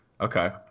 Okay